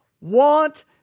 want